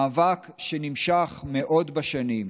מאבק שנמשך מאות בשנים,